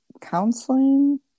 counseling